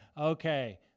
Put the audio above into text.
Okay